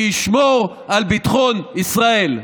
שישמור על ביטחון ישראל.